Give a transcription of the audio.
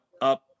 up